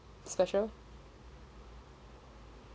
special